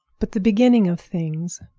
but the beginning of things,